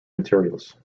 materials